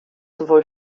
sowohl